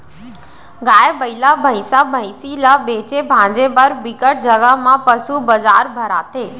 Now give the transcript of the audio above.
गाय, बइला, भइसा, भइसी ल बेचे भांजे बर बिकट जघा म पसू बजार भराथे